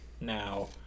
now